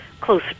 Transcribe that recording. close